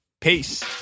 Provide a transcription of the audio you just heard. Peace